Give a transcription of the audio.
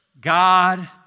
God